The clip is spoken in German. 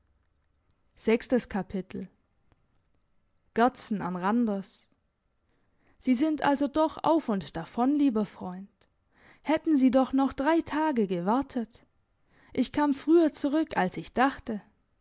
gerdsen an randers sie sind also doch auf und davon lieber freund hätten sie doch noch drei tage gewartet ich kam früher zurück als ich dachte